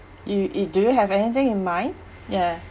you you do you have anything in mind ya